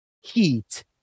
heat